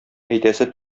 әйтәсе